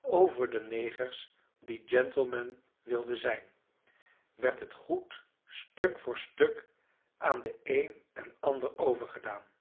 over de negers die gentlemen wilden zijn werd het goed stuk voor stuk aan den een en ander